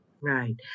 Right